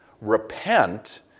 repent